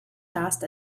cast